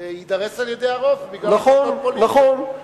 יידרס על-ידי הרוב, בגלל, נכון,